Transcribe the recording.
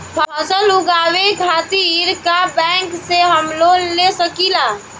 फसल उगावे खतिर का बैंक से हम लोन ले सकीला?